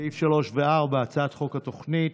סעיף 3 ו-4, הצעת חוק התוכנית